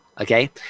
Okay